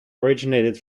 originated